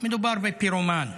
מדובר בפירומן.